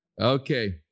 Okay